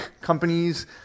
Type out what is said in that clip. companies